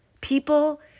People